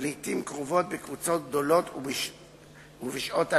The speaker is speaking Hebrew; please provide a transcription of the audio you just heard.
לעתים תכופות בקבוצות גדולות ובשעות הלילה.